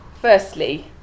firstly